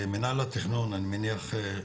מינהל התכנון אני מניח,